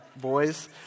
boys